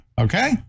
Okay